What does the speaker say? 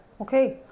Okay